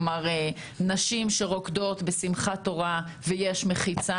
נשים שרוקדות בשמחת תורה ויש מחיצה,